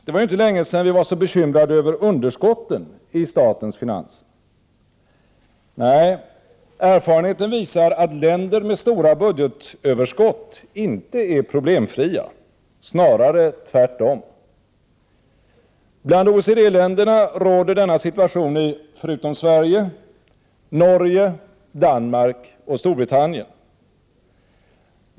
Det var ju inte länge sedan vi var så bekymrade över underskotten i statens finanser. Nej, erfarenheten visar att länder med stora budgetöverskott inte är problemfria — snarare tvärtom. Bland OECD-länderna råder denna situation i — förutom Sverige — Norge, Danmark och Storbritannien.